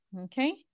Okay